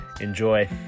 enjoy